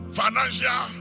financial